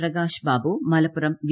Prakash Babu Malappuram V